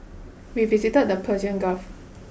we visited the Persian Gulf